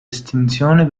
estinzione